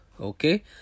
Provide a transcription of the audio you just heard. Okay